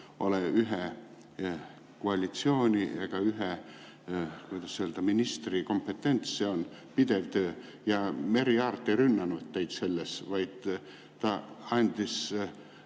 ole ühe koalitsiooni ega ühe, kuidas öelda, ministri kompetents – see on pidev töö. Ja Merry Aart ei rünnanud teid selles, vaid ta andis